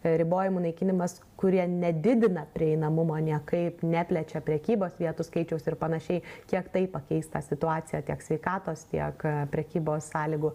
ribojimų naikinimas kurie nedidina prieinamumo niekaip neplečia prekybos vietų skaičiaus ir panašiai kiek tai pakeis tą situaciją tiek sveikatos tiek prekybos sąlygų